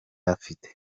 afite